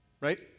Right